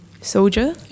soldier